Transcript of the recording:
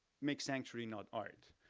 make sanctuary, not art.